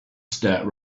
start